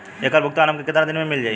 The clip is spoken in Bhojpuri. ऐकर भुगतान हमके कितना दिन में मील जाई?